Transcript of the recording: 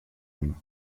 homme